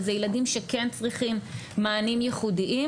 ואלו ילדים שכן צריכים מענים ייחודיים,